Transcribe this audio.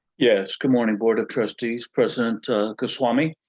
yes. good morning, board of trustees, president goswami.